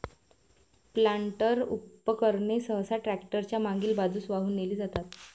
planter उपकरणे सहसा tractor च्या मागील बाजूस वाहून नेली जातात